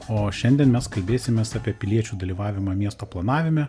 o šiandien mes kalbėsimės apie piliečių dalyvavimą miesto planavime